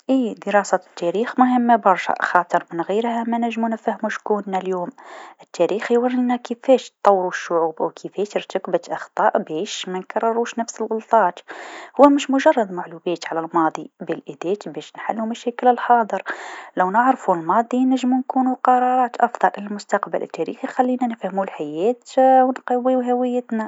إيه دراسة التاريخ مهمه برشا خاطر من غيرها منجمو نفهمو شكونا اليوم، التاريخ يورينا كيفاش طورو الشعوب أو كيفاش إرتكبت أخطاء باش منكرروش نفس الغلطات، هو مش مجرد معلومات عن الماضي بل أدات باش نحلو مشاكل الحاضر، لو نعرفو الماضي نجمو نكونو قرارات أفضل المستقبل، التاريخ يخلينا نفهمو الحياة و نقويو هويتنا.